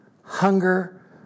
hunger